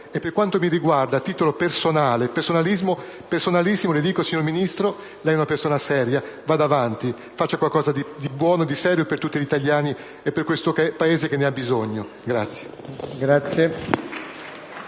Per quanto mi riguarda, a titolo davvero personale, le dico, signora Ministro: lei è una persona seria, vada avanti. Faccia qualcosa di buono e di serio per tutti gli italiani e per questo Paese, che ne ha davvero bisogno.